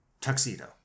Tuxedo